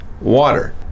water